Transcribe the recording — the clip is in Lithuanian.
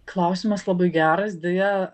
klausimas labai geras deja